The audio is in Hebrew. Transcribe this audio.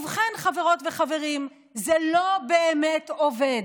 ובכן, חברת וחברים, זה לא באמת עובד.